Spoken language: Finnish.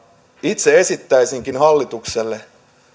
itse esittäisinkin hallitukselle